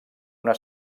una